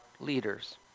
leaders